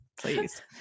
Please